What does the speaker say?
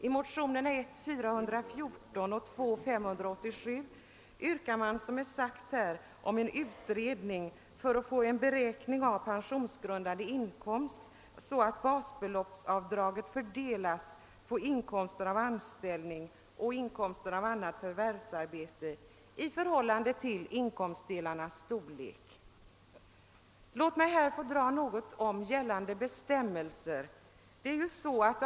I mo tionerna I: 414 och II: 587 yrkar man, såsom här har sagts, på en utredning om beräkning av pensionsgrundande inkomst så att basbeloppsavdraget fördelas på inkomsten av anställning och Låt mig här få nämna något om gällande bestämmelser.